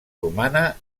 romana